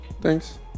thanks